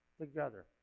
together